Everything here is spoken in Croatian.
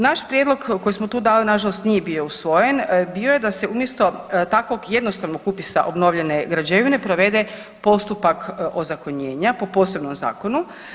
Naš prijedlog koji smo tu dali, nažalost nije bio usvojen, bio je da se umjesto takvog jednostavnog upisa obnovljene građevine provede postupak ozakonjenja, po posebnom zakonu.